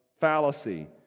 fallacy